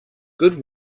good